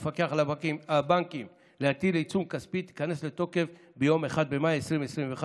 המפקח על הבנקים להטיל עיצום כספי תיכנס לתוקף ביום 1 במאי 2021,